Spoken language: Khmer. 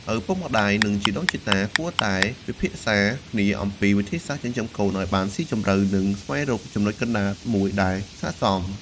ឪពុកម្តាយ និងជីដូនជីតាគួរតែពិភាក្សាគ្នាអំពីវិធីសាស្ត្រចិញ្ចឹមកូនឲ្យបានស៊ីជម្រៅ និងស្វែងរកចំណុចកណ្តាលមួយដែលស័ក្តិសម។